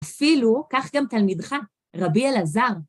אפילו, כך גם תלמידך, רבי אלעזר.